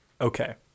Okay